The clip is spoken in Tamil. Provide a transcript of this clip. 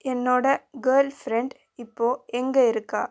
என்னோடய கேர்ள் ஃப்ரெண்ட் இப்போது எங்கே இருக்கா